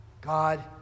God